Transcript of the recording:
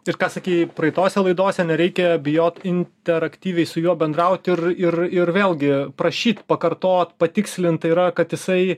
ir ką sakei praeitose laidose nereikia bijot interaktyviai su juo bendraut ir ir ir vėlgi prašyt pakartot patikslint tai yra kad jisai